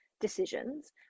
decisions